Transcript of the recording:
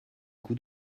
coup